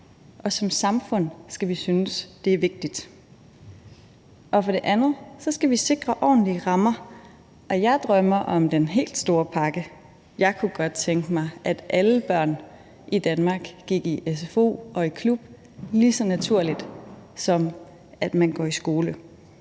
og som samfund skal vi synes, det er vigtigt. For det andet skal vi sikre ordentlige rammer. Jeg drømmer om den helt store pakke: Jeg kunne godt tænke mig, at alle børn i Danmark gik i sfo og klub, lige så naturligt som man går i skole,